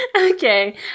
Okay